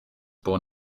born